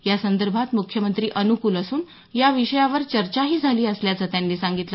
यासंदर्भात मुख्यमंत्री अनुकूल असून या विषयावर चर्चा ही झाली असल्याचं त्यांनी सांगितलं